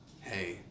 hey